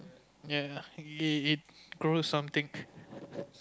ya it grow something